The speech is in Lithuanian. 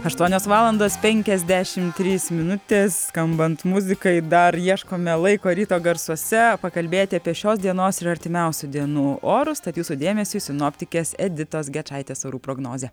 aštuonios valandos penkiasdešim trys minutės skambant muzikai dar ieškome laiko ryto garsuose pakalbėti apie šios dienos ir artimiausių dienų orus tad jūsų dėmesiui sinoptikės editos gečaitės orų prognozė